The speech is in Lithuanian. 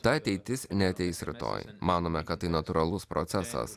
ta ateitis neateis rytoj manome kad tai natūralus procesas